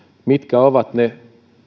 mitkä ovat ne